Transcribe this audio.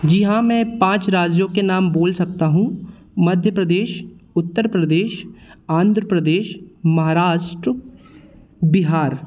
जी हाँ मैं पाँच राज्यों के नाम बोल सकता हूँ मध्य प्रदेश उत्तर प्रदेश आन्ध्र प्रदेश महाराष्ट्र बिहार